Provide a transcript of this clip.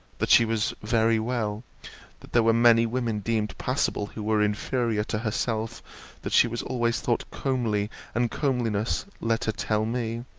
that she was very well that there were many women deemed passable who were inferior to herself that she was always thought comely and comeliness, let her tell me,